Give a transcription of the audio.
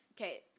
okay